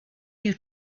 you